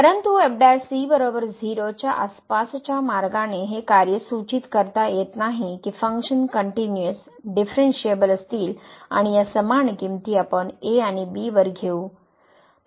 परंतु च्या आसपासच्या मार्गाने हे कार्य सूचित करत नाही की फंक्शन कनट्युनिअस डिफरणशिएबल असतील आणि या समान किमती आपण a आणि b वर घेऊ